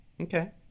Okay